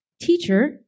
Teacher